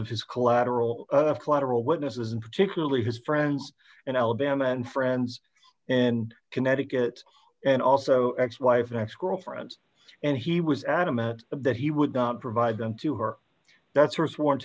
of his collateral collateral witnesses and particularly his friends in alabama and friends and connecticut and also ex wife ex girlfriends and he was adamant that he would not provide them to her that's her sworn